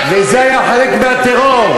וזה היה חלק מהטרור.